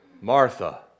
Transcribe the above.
Martha